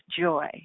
joy